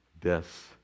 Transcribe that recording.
deaths